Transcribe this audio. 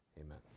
Amen